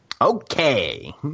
Okay